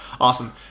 awesome